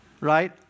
Right